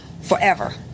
forever